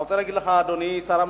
אני רוצה להגיד לך, אדוני שר המשפטים,